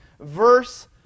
verse